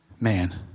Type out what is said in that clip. man